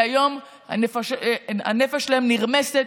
שהיום הנפש שלהם נרמסת,